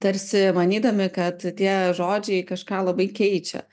tarsi manydami kad tie žodžiai kažką labai keičia